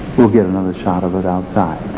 we'll get another shot of it outside.